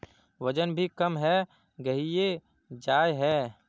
वजन भी कम है गहिये जाय है?